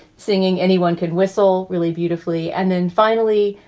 singing anyone could whistle really beautifully. and then finally,